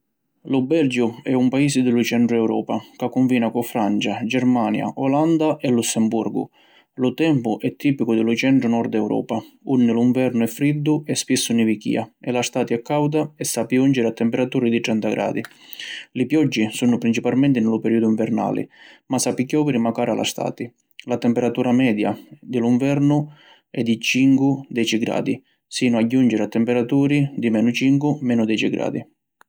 Lu Belgiu è un paisi di lu centru Europa ca cunfina cu Francia, Germania, Olanda e Lussemburgu. Lu tempu è tipicu di lu centru/nord Europa unni lu nvernu è friddu e spissu nivichìa e la stati è cauda e sapi junciri a temperaturi di trenta gradi. Li pioggi sunnu principalmenti ni lu periodu nvernali ma sapi chioviri macari a la stati. La temperatura media di lu nvernu è di cincu - deci gradi sinu a junciri a temperaturi di menu cincu - menu deci gradi.